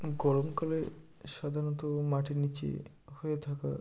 গরমকালে সাধারণত মাটির নিচে হয়ে থাকা